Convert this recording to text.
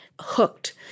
hooked